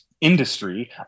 industry